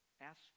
ask